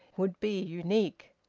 would be unique,